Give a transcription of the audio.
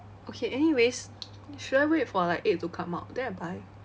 okay anyways should I wait for like eight to come out then I buy